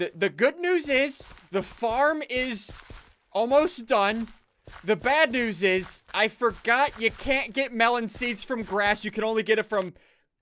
the the good news is the farm is almost done the bad news is i forgot you. can't get melon seeds from grass you can only get it from